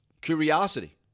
curiosity